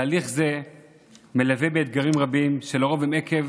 תהליך זה מלווה באתגרים רבים, שלרוב הם עקב